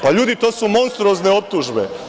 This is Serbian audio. Pa, ljudi, to su monstruozne optužbe.